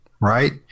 right